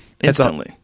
Instantly